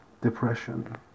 depression